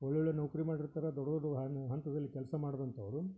ಒಳ್ಳೊಳ್ಳೆಯ ನೌಕರಿ ಮಾಡಿರ್ತಾರೆ ದೊಡ್ಡ ದೊಡ್ದ ಹಂತದಲ್ಲಿ ಕೆಲಸ ಮಾಡ್ದಂಥವ್ರು